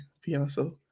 Fiance